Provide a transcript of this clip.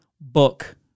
book